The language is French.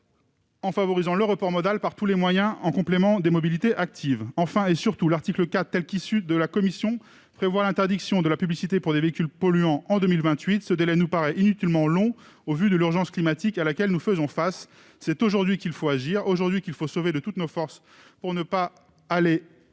en favorisant le report modal par tous les moyens, en complément des mobilités actives. Surtout, l'article 4 tel qu'il résulte des travaux de la commission prévoit l'interdiction de la publicité pour les véhicules polluants en 2028. Un tel délai nous paraît inutilement long au vu de l'urgence climatique à laquelle nous sommes confrontés. C'est aujourd'hui qu'il faut agir de toutes nos forces pour ne pas aller